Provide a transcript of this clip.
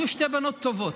הן היו שתי בנות טובות,